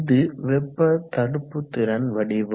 இது வெப்ப தடுப்புத்திறன் வடிவம்